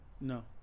No